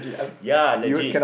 ya legit